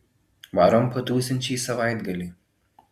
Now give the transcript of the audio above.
varom patūsint šį savaitgalį